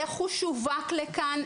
איך הוא שווק לכאן?